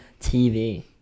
TV